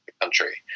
country